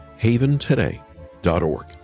Haventoday.org